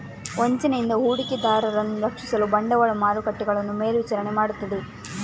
ವಂಚನೆಯಿಂದ ಹೂಡಿಕೆದಾರರನ್ನು ರಕ್ಷಿಸಲು ಬಂಡವಾಳ ಮಾರುಕಟ್ಟೆಗಳನ್ನು ಮೇಲ್ವಿಚಾರಣೆ ಮಾಡುತ್ತದೆ